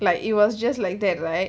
like it was just like that right